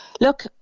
look